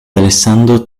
alessandro